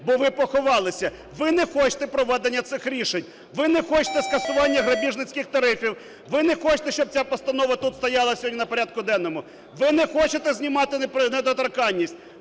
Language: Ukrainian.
Бо ви поховалися, ви не хочете проведення цих рішень, ви не хочете скасування грабіжницьких тарифів, ви не хочете, щоб ця постанова тут стояла сьогодні на порядку денному, ви не хочете знімати недоторканність,